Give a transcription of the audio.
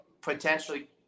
potentially